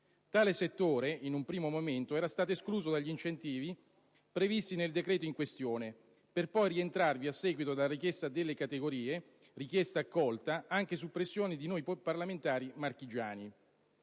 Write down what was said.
Tale settore, in un primo momento, era stato escluso dagli incentivi previsti nel decreto in questione, per poi rientrarvi a seguito della richiesta delle categorie, richiesta accolta anche su pressione di noi parlamentari marchigiani.